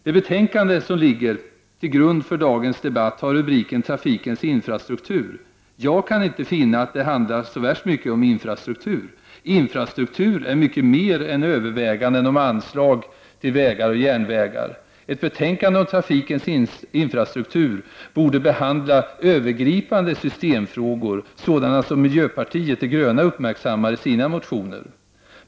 Det betänkande som ligger till grund för dagens debatt har rubriken Trafikens infrastruktur. Jag kan inte finna att det handlar så värst mycket om infrastruktur. Infrastruktur är mycket mer än överväganden om anslag till vägar och järnvägar. Ett betänkande om trafikens infrastruktur borde behandla övergripande systemfrågor, sådana som miljöpartiet de gröna uppmärksammar i sina motioner.